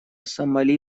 сомали